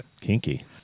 Kinky